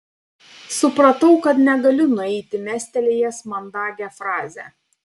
supratau kad negaliu nueiti mestelėjęs mandagią frazę